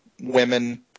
women